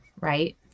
right